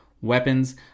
weapons